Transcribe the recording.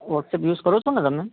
WhatsApp use કરો છો ને તમે